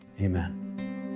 Amen